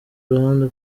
ruhande